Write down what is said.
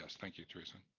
thank you, theresa.